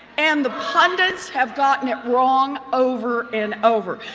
and the pundits have gotten it wrong over and over.